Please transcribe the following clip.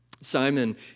Simon